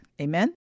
Amen